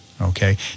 okay